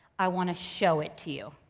i wanna show it to you.